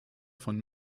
von